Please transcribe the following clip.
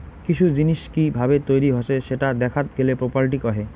কিসু জিনিস কি ভাবে তৈরী হসে সেটা দেখাত গেলে প্রপার্টি কহে